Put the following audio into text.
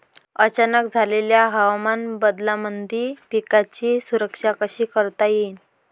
अचानक झालेल्या हवामान बदलामंदी पिकाची सुरक्षा कशी करता येईन?